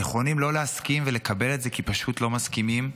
נכונים לא להסכים ולקבל את זה כי פשוט לא מסכימים,